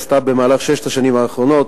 עשתה במהלך שש השנים האחרונות,